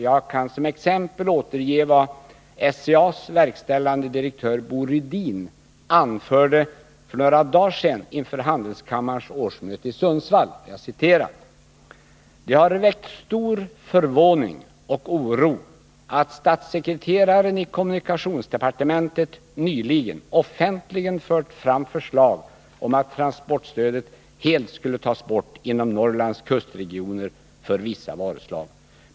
Jag kan som exempel återge vad SCA:s verkställande direktör Bo Rydin anförde för några dagar sedan inför handelskammarens årsmöte i Sundsvall: ”Det har väckt stor förvåning och oro, att statssekreteraren i Kommunikationsdepartementet nyligen offentligen fört fram förslag om att transportstödet helt skulle tas bort inom Norrlands kustregioner för vissa varuslag.